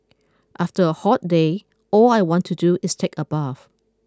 after a hot day all I want to do is take a bath